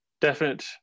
definite